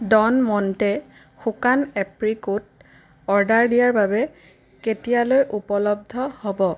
Don Monte শুকান apricot order দিয়াৰ বাবে কেতিয়ালৈ উপলব্ধ হ'ব